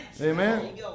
Amen